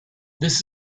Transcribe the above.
this